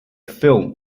film